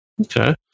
Okay